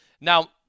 Now